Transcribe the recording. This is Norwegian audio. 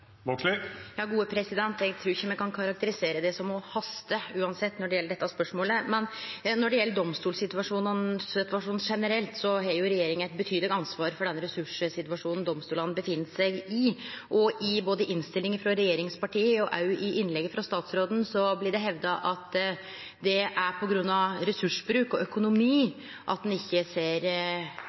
Eg trur uansett ikkje me kan karakterisere det som å haste når det gjeld dette spørsmålet, men når det gjeld domstolssituasjonen generelt, har regjeringa eit betydeleg ansvar for den ressurssituasjonen domstolane er i. Både i innstillinga frå regjeringspartia og òg i innlegget frå statsråden blir det hevda at det er på grunn av ressursbruk og økonomi at ein ikkje ser